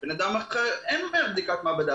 ולבן אדם אחר אין בדיקת מעבדה מהר.